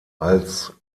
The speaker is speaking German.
als